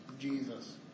Jesus